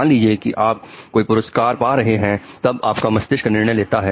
मान लीजिए कि आप कई पुरस्कार पा रहे हैं तब आपका मस्तिष्क निर्णय लेता है